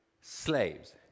slaves